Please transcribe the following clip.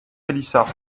pélissard